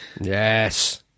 Yes